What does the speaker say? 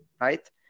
right